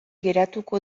geratuko